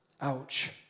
Ouch